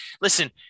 Listen